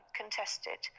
contested